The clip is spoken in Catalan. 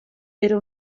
era